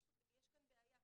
יש כאן בעיה,